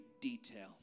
detail